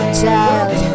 child